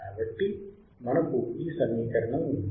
కాబట్టి మనకు ఈ సమీకరణం ఉంది